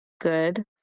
good